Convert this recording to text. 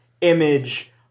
image